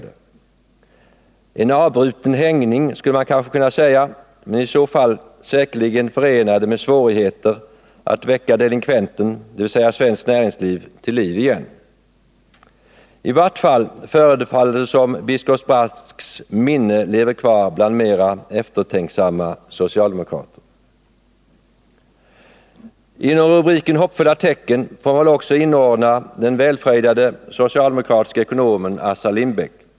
Det blir en avbruten hängning, skulle man kanske kunna säga — men i så fall säkerligen förenad med svårigheter att väcka delinkventen, dvs. svenskt näringsliv, till liv igen. I vart fall förefaller det som om biskop Brasks minne lever kvar bland mera eftertänksamma socialdemokrater. Under rubriken Hoppfulla tecken får man väl också inordna den välfrejdade socialdemokratiske ekonomen Assar Lindbeck.